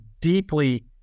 deeply